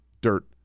dirt